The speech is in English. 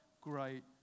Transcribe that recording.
great